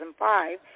2005